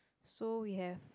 so we have